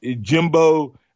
Jimbo